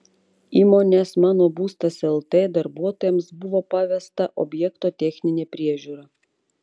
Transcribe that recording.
įmonės mano būstas lt darbuotojams buvo pavesta objekto techninė priežiūra